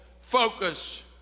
focus